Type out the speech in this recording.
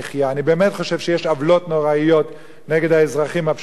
אני באמת חושב שיש עוולות נוראיות נגד האזרחים הפשוטים